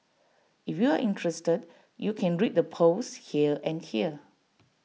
if you're interested you can read the posts here and here